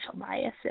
biases